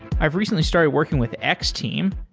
i've recently started working with x-team.